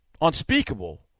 unspeakable